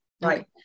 Right